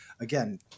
again